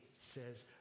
says